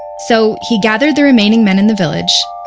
so he gathered the remaining men in the village,